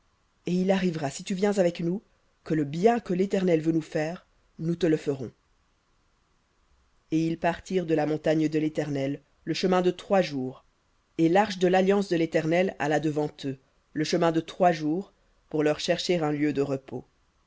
et il arrivera si tu viens avec nous que le bien que l'éternel veut nous faire nous te le ferons v et ils partirent de la montagne de l'éternel le chemin de trois jours et l'arche de l'alliance de l'éternel alla devant eux le chemin de trois jours pour leur chercher un lieu de repos